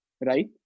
right